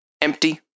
Empty